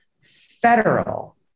federal